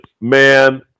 Man